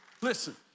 Listen